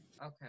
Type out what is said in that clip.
Okay